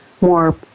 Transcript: more